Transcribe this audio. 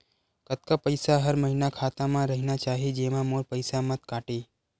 कतका पईसा हर महीना खाता मा रहिना चाही जेमा मोर पईसा मत काटे?